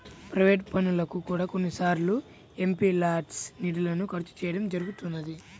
private పనులకు కూడా కొన్నిసార్లు ఎంపీల్యాడ్స్ నిధులను ఖర్చు చేయడం జరుగుతున్నది